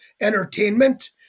entertainment